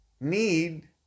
need